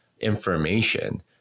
information